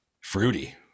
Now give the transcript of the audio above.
fruity